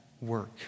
work